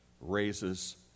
raises